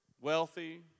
wealthy